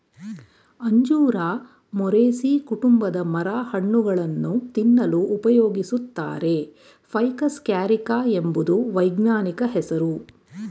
ಅಂಜೂರ ಮೊರೇಸೀ ಕುಟುಂಬದ ಮರ ಹಣ್ಣುಗಳನ್ನು ತಿನ್ನಲು ಉಪಯೋಗಿಸುತ್ತಾರೆ ಫೈಕಸ್ ಕ್ಯಾರಿಕ ಎಂಬುದು ವೈಜ್ಞಾನಿಕ ಹೆಸ್ರು